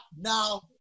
now